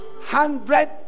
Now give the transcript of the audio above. hundred